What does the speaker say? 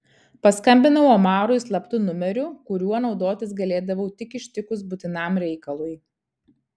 paskambinau omarui slaptu numeriu kuriuo naudotis galėdavau tik ištikus būtinam reikalui